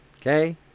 Okay